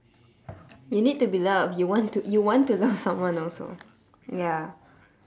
you need to be loved you want to you want to love someone also ya